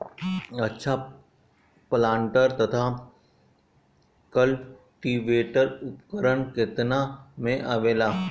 अच्छा प्लांटर तथा क्लटीवेटर उपकरण केतना में आवेला?